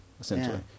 essentially